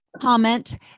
comment